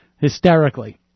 hysterically